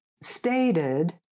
stated